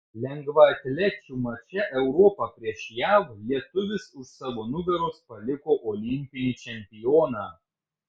lengvaatlečių mače europa prieš jav lietuvis už savo nugaros paliko olimpinį čempioną